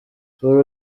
uru